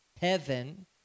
heaven